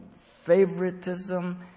favoritism